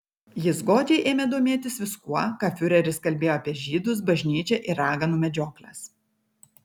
jis godžiai ėmė domėtis viskuo ką fiureris kalbėjo apie žydus bažnyčią ir raganų medžiokles